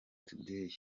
today